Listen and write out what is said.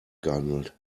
gehandelt